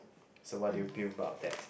so what do you feel about that